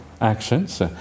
Actions